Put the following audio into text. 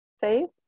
faith